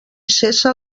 cessa